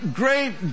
great